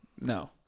No